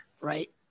Right